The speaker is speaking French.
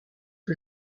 que